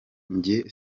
njye